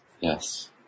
yes